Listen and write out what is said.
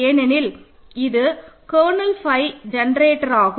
ஏனெனில் இது கர்னல் ஃபை ஜெனரேட்டராகும்